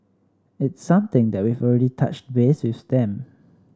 it's something that we've already touched base with them